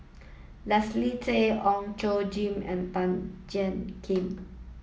Leslie Tay Ong Tjoe Kim and Tan Jiak Kim